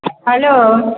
hello